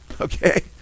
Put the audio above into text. Okay